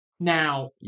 Now